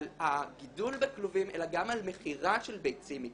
הגידול בכלובים אלא גם על מכירה של ביצים.